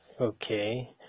Okay